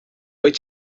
wyt